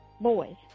boys